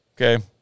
okay